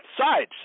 sides